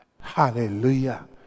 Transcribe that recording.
Hallelujah